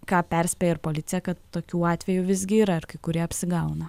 ką perspėja ir policija kad tokių atvejų visgi yra ir kai kurie apsigauna